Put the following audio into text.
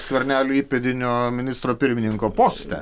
skvernelio įpėdiniu ministro pirmininko poste